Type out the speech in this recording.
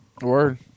Word